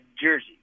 jersey